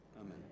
Amen